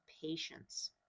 patience